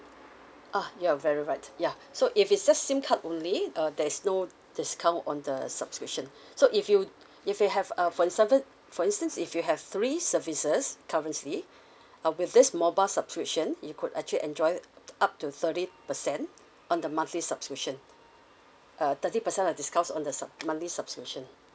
ah you're very right yeah so if it's just sim card only uh there is no discount on the subscription so if you if you have uh for example for instance if you have three services currently uh with this mobile subscription you could actually enjoy up to thirty percent on the monthly subscription uh thirty percent of discounts on the sub~ monthly subscription